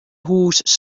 hûs